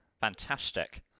Fantastic